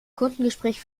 kundengespräch